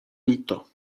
líto